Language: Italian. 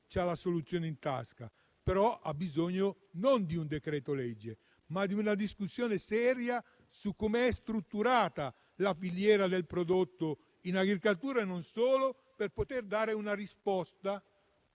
ha la soluzione in tasca. Non vi è, però, bisogno non di un decreto-legge, ma di una discussione seria su come è strutturata la filiera del prodotto in agricoltura, e non solo per poter dare una risposta